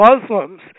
Muslims